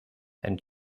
and